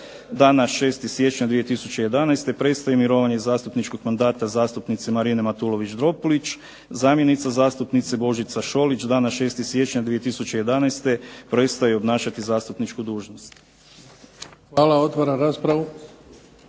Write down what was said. Dana 6. siječnja 2011. prestaje mirovanje zastupničkog mandata zastupnice Marine Matulović Dropulić, zamjenica zastupnice Božica Šolić dana 6. siječnja 2011. prestaje obnašati zastupničku dužnost. **Bebić, Luka